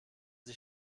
sie